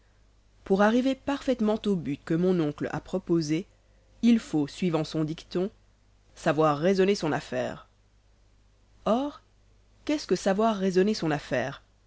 pour arriver parfaitement au but que mon oncle a proposé il faut suivant son dicton savoir raisonner son affaire or qu'est-ce que savoir raisonner son affaire